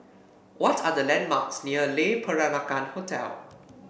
what are the landmarks near Le Peranakan Hotel